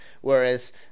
Whereas –